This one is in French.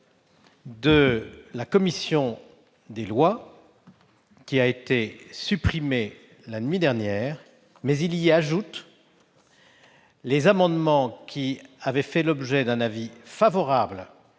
de la commission des lois qui a été supprimé la nuit dernière, en y intégrant les amendements qui avaient fait l'objet d'un avis favorable